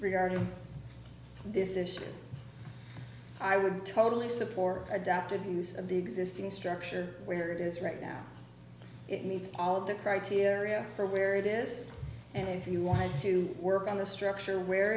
regarding this issue i would totally support adapted use of the existing structure where it is right now it meets all the criteria for where it is and if you wanted to work on a structure where